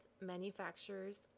manufacturers